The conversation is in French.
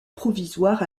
provisoire